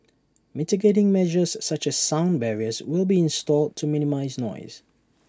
mitigating measures such as sound barriers will be installed to minimise noise